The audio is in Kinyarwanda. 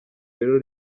rero